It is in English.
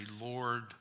Lord